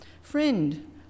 Friend